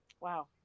Wow